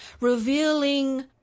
revealing